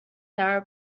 narrow